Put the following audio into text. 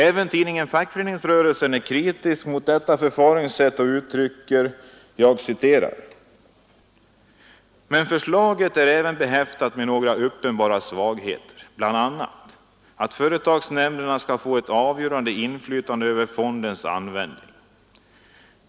Även tidningen Fackföreningsrörelsen är kritisk mot detta förfaringssätt och skriver: ”Men förslaget är även behäftat med några uppenbara svagheter, bl.a. att företagsnämnderna skall få ett avgörande inflytande över fondens användning.